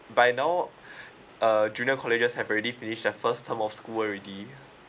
by now uh junior colleges have already finish a first term of school already